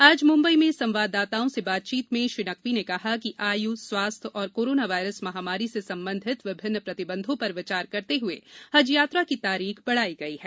आज मुम्बई में संवाददाताओं से बातचीत में श्री नकवी ने कहा कि आयु स्वास्थ्य और कोरोना वायरस महामारी से संबंधित विभिन्न प्रतिबंधों पर विचार करते हए हज यात्रा की तारीख बढ़ाई गई है